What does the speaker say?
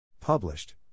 Published